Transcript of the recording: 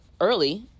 early